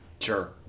Sure